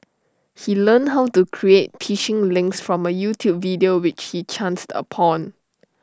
he learned how to create phishing links from A YouTube video which he chanced upon